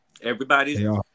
Everybody's